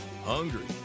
Hungry